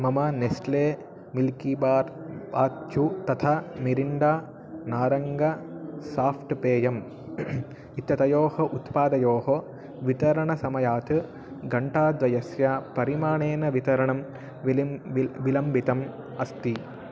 मम Nestle milky bar पाच्चू तथा मिरिण्डा नारङ्गः साफ़्ट् पेयम् इत्यतयोः उत्पादयोः वितरणसमयात् घण्टाद्वयस्य परिमाणेन वितरणं विलम्बः विल् विलम्बितम् अस्ति